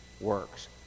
works